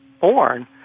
born